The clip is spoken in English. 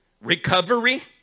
recovery